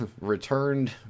returned